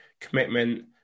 commitment